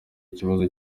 ikibazo